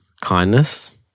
kindness